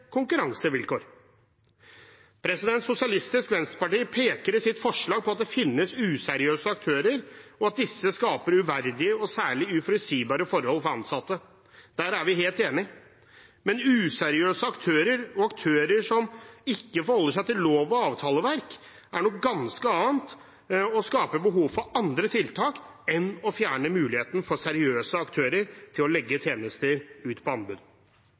konkurransevilkår. Sosialistisk Venstreparti peker i sitt forslag på at det finnes useriøse aktører, og at disse skaper uverdige og særlig uforutsigbare forhold for ansatte. Der er vi helt enig. Men useriøse aktører og aktører som ikke forholder seg til lov- og avtaleverk, er noe ganske annet og skaper behov for andre tiltak enn å fjerne muligheten for seriøse aktører til å legge tjenester ut på anbud.